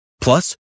Plus